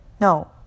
No